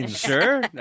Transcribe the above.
Sure